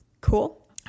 Cool